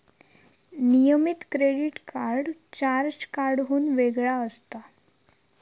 नियमित credit card charge कार्डाहुन वेगळा असता